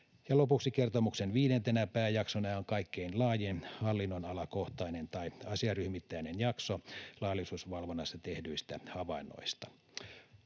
lopuksi kertomuksen viidentenä pääjaksona, joka on kaikkein laajin hallinnonalakohtainen tai asiaryhmittäinen jakso laillisuusvalvonnasta tehdyistä havainnoista.